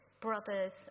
brothers